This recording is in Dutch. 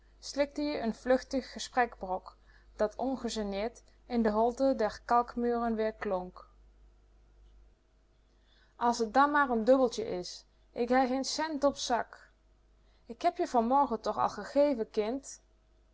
je n vluchtig gesprekbrok dat ongegeneerd in de holte der kalkmuren weerklonk as t dan maar n dubbeltje is k hei geen cent op zak k heb je vanmorgen toch al gegeven kind